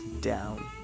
down